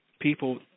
People